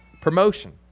promotion